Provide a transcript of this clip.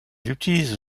utilise